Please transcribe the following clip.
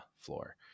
floor